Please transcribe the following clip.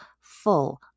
full